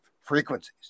frequencies